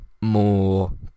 more